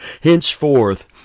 Henceforth